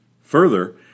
Further